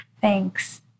Thanks